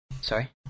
Sorry